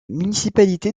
municipalité